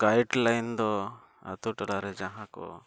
ᱫᱚ ᱟᱹᱛᱳᱼᱴᱚᱞᱟ ᱨᱮ ᱡᱟᱦᱟᱸᱠᱚ